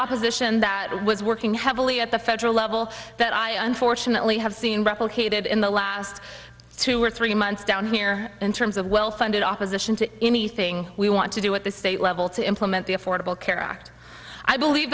opposition that was working heavily at the federal level that i and fortunately have seen replicated in the last two or three months down here in terms of well funded opposition to anything we want to do at the state level to implement the affordable care act i believe